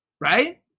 Right